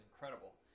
incredible